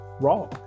Raw